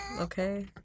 Okay